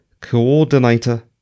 Coordinator